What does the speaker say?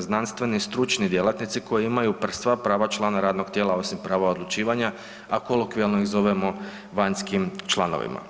znanstveni stručni djelatnici koji imaju sva prava člana radnog tijela osim pravo odlučivanja, a kolokvijalno ih zovemo vanjskim članovima.